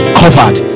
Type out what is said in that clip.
covered